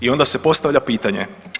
I onda se postavlja pitanje.